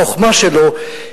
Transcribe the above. החוכמה שלו,